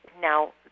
now